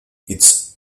its